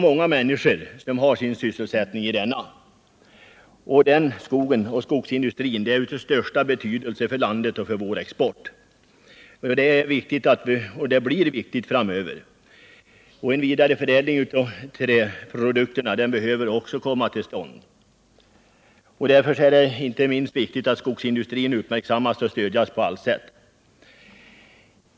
Många människor har sysselsättning i denna, och skogen och skogsindustrin är av största betydelse för landet och för vår export. Den är viktig och förblir viktig framöver. En vidare förädling av träprodukterna behöver också komma till stånd. Därför är det inte minst viktigt att skogsindustrin uppmärksammas och stöds på allt sätt.